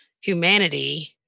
humanity